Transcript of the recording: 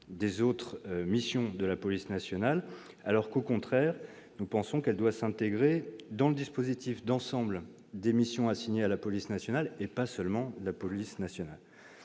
des autres missions de la police nationale, alors que, au contraire, selon nous, elle doit s'intégrer dans le dispositif d'ensemble des missions assignées à la police nationale et non seulement à la police nationale.